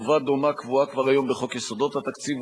חובה דומה קבועה כבר היום בחוק יסודות התקציב,